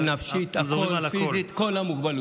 נפשית, פיזית, כל המוגבלויות.